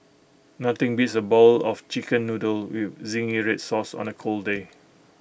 nothing beats A bowl of Chicken Noodles with Zingy Red Sauce on A cold day